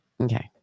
Okay